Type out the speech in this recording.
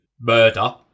murder